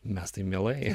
mes tai mielai